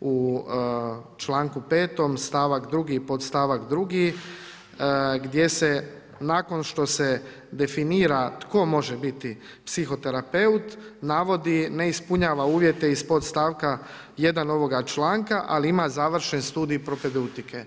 u članku 5. stavak 2. podstavak 2. gdje se nakon što se definira tko može biti psihoterapeut navodi ne ispunjava uvjete iz podstavka 1. ovoga članka ali ima završen studij propedeutike.